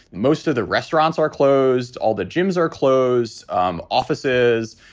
most of the restaurants are closed. all the gyms are closed um offices.